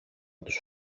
τους